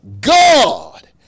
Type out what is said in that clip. God